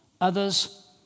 Others